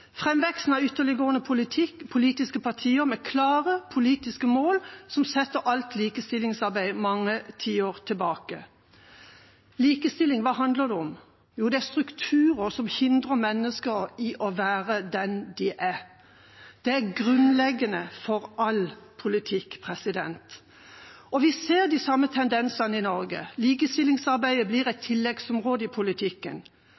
av ytterliggående politikk og politiske partier med klare politiske mål som setter alt likestillingsarbeid mange tiår tilbake. Likestilling, hva handler det om? Det er strukturer som hindrer mennesker i å være den de er. Det er grunnleggende for all politikk. Vi ser de samme tendensene i Norge: Likestillingsarbeidet blir et